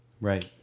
Right